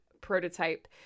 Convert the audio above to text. prototype